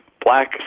black